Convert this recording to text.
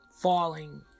falling